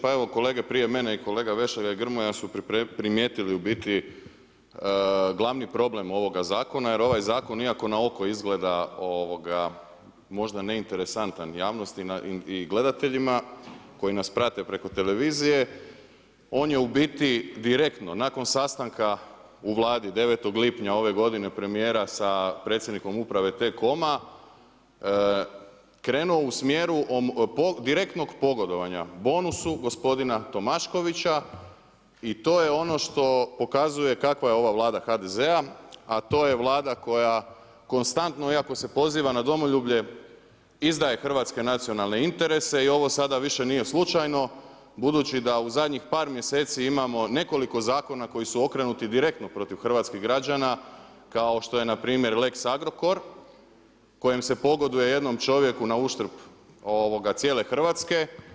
Pa evo kolege prije mene i kolega Vešligaj i Grmoja su primijetili u biti glavni problem ovoga zakona jer ovaj zakon iako na oko izgleda možda neinteresantan javnosti i gledateljima koji nas prate preko televizije, on je u biti direktno nakon sastanka u Vladi 9. lipnja ove godine premijera sa predsjednikom uprave T-com-a krenuo u smjeru direktnog pogodovanja bonusu bonusu gospodina Tomaškovića i to je ono što pokazuje kakva je ova Vlada HDZ-a a to je Vlada koja konstantno iako se poziva na domoljublje izdaje hrvatske nacionalne interese i ovo sada više nije slučajno budući da u zadnjih par mjeseci imamo nekoliko zakona koji su okrenuti direktno protiv hrvatskih građana kao što je npr. lex Agrokor kojim se pogoduje jednom čovjeku na uštrb cijele Hrvatske.